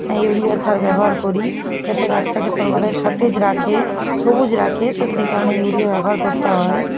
urea সার ব্যবহার করি যাতে গাছটাকে সর্বদাই সতেজ রাখে সবুজ রাখে তো সেই কারণে ইউরিয়া ব্যবহার করতে হয়